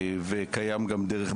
וקיימת גם דרך,